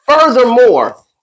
Furthermore